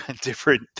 different